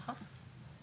נכון.